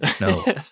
No